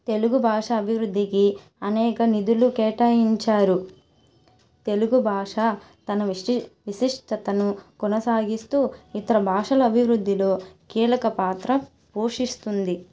తెలుగు భాష అభివృద్ధికి అనేక నిధులు కేటాయించారు తెలుగు భాష తన విశటి విశిష్టతను కొనసాగిస్తూ ఇతర భాషల అభివృద్ధిలో కీలక పాత్ర పోషిస్తుంది